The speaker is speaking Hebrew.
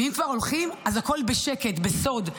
ואם כבר הולכים, אז הכול בשקט, בסוד.